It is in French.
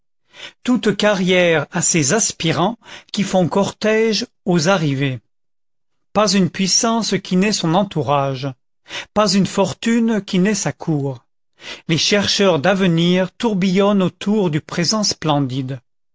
toute carrière a ses aspirants qui font cortège aux arrivés pas une puissance qui n'ait son entourage pas une fortune qui n'ait sa cour les chercheurs d'avenir tourbillonnent autour du présent splendide